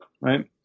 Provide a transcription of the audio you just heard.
right